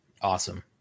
Awesome